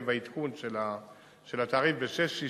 ועקב העדכון של התעריף זה 6.60,